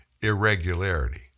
irregularity